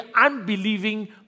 unbelieving